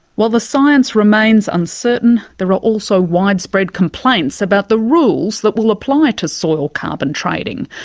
while the science remains uncertain, there are also widespread complaints about the rules that will apply to soil carbon trading.